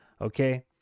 Okay